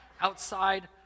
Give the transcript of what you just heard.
outside